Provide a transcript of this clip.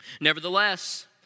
Nevertheless